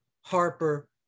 Harper